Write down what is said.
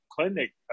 clinic